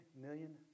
million